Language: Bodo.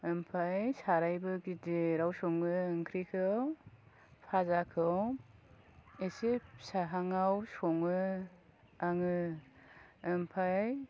ओमफाय सारायबो गिदिराव सङो ओंख्रिखौ भाजाखौ एसे फिसाहाङाव सङो आङो ओमफाय